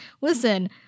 listen